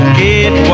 get